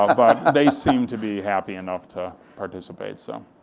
um but they seem to be happy enough to participate, so.